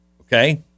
Okay